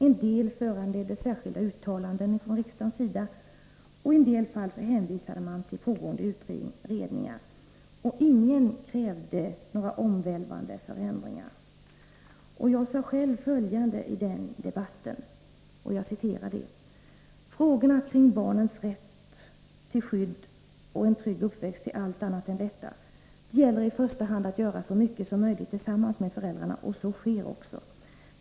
En del föranledde särskilda uttalanden av riksdagen, och i en del fall hänvisade man till pågående utredningar. Ingen krävde några omvälvande förändringar. Jag sade själv följande i den debatten: ”Frågorna kring barnens rätt till skydd och en trygg uppväxt är allt annat än lätta. Det gäller i första hand att göra så mycket som möjligt tillsammans med föräldrarna, och så sker också.